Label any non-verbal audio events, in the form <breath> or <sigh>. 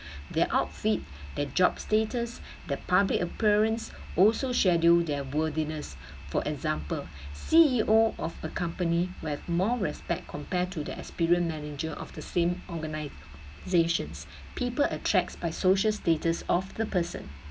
their outfit their job status their public appearance also schedule their worthiness for example C_E_O of a company will have more respect compared to the experience manager of the same organization <breath> people attracts by social status of the person